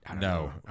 No